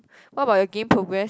what about your game progress